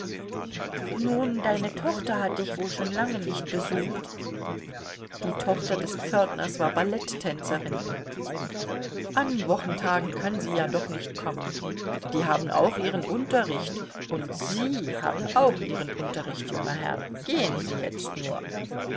nun deine tochter hat dich wohl schon lange nicht besucht die tochter des pförtners war ballett tänzerin an wochentagen kann sie ja doch nicht kommen die haben auch ihren unterricht und sie haben auch ihren unterricht junger herr gehen sie jetzt nur